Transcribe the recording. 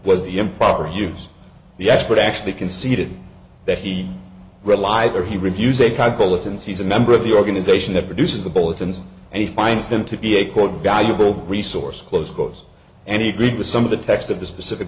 was the improper use the expert actually conceded that he relied or he reviews a kind of bulletins he's a member of the organisation that produces the bulletins and he finds them to be a quote valuable resource close close and he agreed with some of the text of the specific